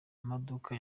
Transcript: amaduka